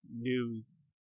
news